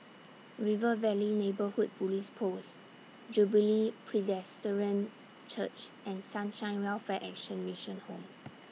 River Valley Neighbourhood Police Post Jubilee Presbyterian Church and Sunshine Welfare Action Mission Home